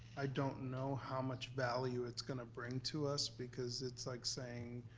i don't know how much value it's gonna bring to us, because it's like saying,